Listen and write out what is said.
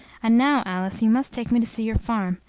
and now, alice, you must take me to see your farm,